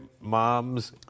moms